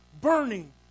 burning